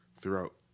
throughout